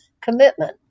commitment